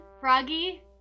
Froggy